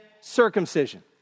circumcision